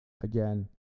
again